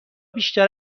بیشتر